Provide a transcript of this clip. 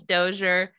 Dozier